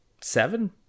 Seven